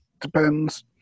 depends